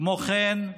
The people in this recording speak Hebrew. כמו כן,